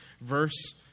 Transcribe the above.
verse